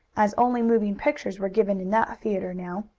as only moving pictures were given in that theatre now.